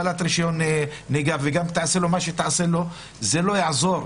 גם אם תעשה לו הגבלת רישיון נהיגה ועוד זה לא יעזור,